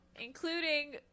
including